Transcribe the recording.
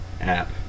app